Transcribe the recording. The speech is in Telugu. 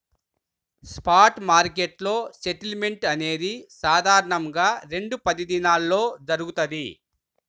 స్పాట్ మార్కెట్లో సెటిల్మెంట్ అనేది సాధారణంగా రెండు పనిదినాల్లో జరుగుతది,